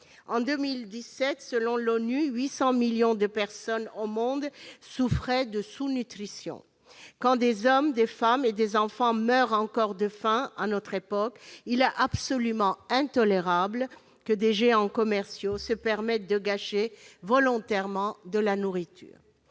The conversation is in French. En 2017, selon l'ONU, 820 millions de personnes au monde souffraient de sous-nutrition. Quand des hommes, des femmes et des enfants meurent encore de faim à notre époque, il est absolument intolérable que des géants commerciaux se permettent de gâcher volontairement de la nourriture.